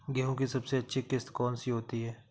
गेहूँ की सबसे अच्छी किश्त कौन सी होती है?